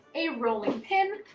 a rolling pin,